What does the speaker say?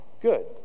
good